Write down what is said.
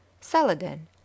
Saladin